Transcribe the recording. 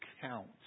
count